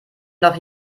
noch